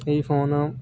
ਇਹ ਫੋਨ